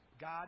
God